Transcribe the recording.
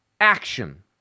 action